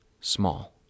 small